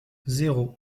zéro